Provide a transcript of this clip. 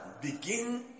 begin